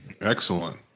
Excellent